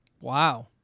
Wow